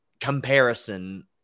comparison